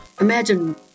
Imagine